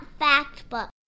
factbook